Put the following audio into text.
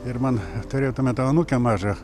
ir man turėjau tuo metu anūkę mažą